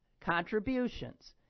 contributions